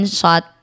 shot